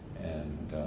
and